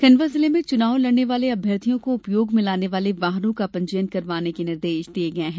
खंडवा जिले में चुनाव लड़ने वाले अभ्यार्थियों को उपयोग में लाने वाले वाहनों का पंजीयन करवाने के निर्देश दिये हैं